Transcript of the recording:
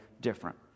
different